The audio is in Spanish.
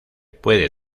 puede